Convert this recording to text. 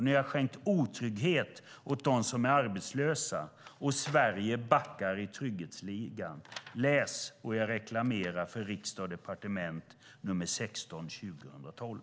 Ni har skänkt otrygghet åt dem som är arbetslösa, och Sverige backar i trygghetsligan. Jag rekommenderar läsning av Riksdag & Departement nr 16 år 2012.